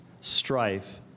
strife